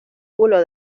culo